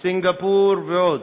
סינגפור ועוד.